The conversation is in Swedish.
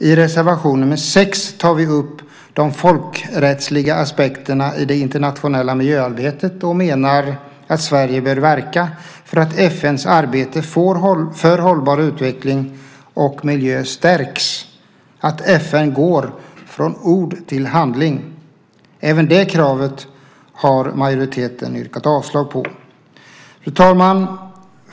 I reservation nr 6 tar vi upp de folkrättsliga aspekterna i det internationella miljöarbetet och menar att Sverige bör verka för att FN:s arbete för hållbar utveckling och miljö stärks, att FN går från ord till handling. Även det kravet har majoriteten yrkat avslag på. Fru talman!